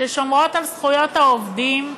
ששומרות על זכויות העובדים,